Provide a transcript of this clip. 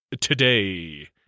today